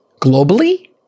globally